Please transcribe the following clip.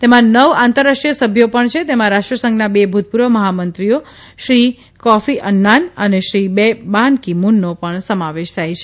તેમાં નવ આંતરરાષ્ટ્રીરિય સભ્યો પણ છે તેમાં રાષ્ટ્ર સંઘના બે ભૂતપૂર્વ મહામંત્રીઓ શ્રી કોફી અન્નાન અને શ્રી બાન કી મુનનો પણ સમાવેશ થાય છે